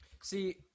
See